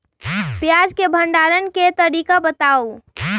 प्याज के भंडारण के तरीका बताऊ?